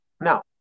Now